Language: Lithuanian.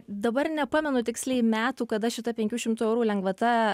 dabar nepamenu tiksliai metų kada šita penkių šimtų eurų lengvata